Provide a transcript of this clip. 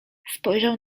spojrzał